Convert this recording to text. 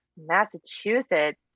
Massachusetts